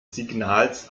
signals